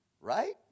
right